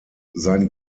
sein